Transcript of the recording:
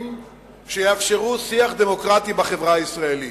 שיאפשרו שיח דמוקרטי בחברה הישראלית.